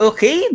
Okay